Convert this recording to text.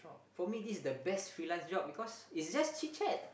for me this is the best freelance job because it's just chit-chat